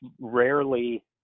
rarely